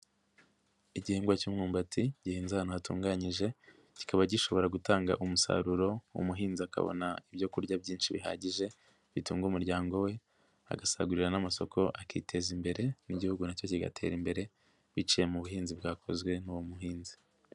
Igihingwa cy'umyummbati, gihinze ahantu hatunganyije, kikaba gishobora gutanga umusaruro, umuhinzi akabona ibyo kurya byinshi bihagije, bitunga umuryango we, agasagurira n'amasoko akiteza imbere, n'igihugu nacyo kigatera imbere, biciye mu buhinzi bwakozwe n'uwo muhinzi.